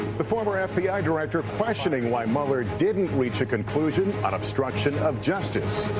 the former and fbi director questioning why mueller didn't reach a conclusion on obstruction of justice.